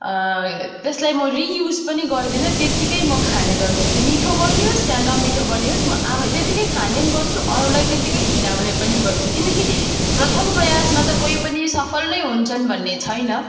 त्यसलाई म रियुस पनि गर्दिनँ त्यतिकै म खाने गर्छु त्यो मिठो बनियोस् या नमिठो बनियोस् म आ त्यतिकै खाने पनि गर्छु अरूलाई त्यतिकै खिलाउने पनि गर्छु किनकि प्रथम प्रयासमा त कोही पनि सफल नै हुन्छन् भन्ने छैन